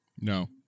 No